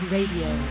Radio